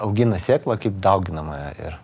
augina sėklą kaip dauginamąją ir